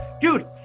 dude